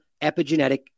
epigenetic